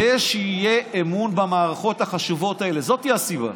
כדי שיהיה אמון במערכות החשובות, זאת היא הסיבה.